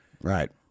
Right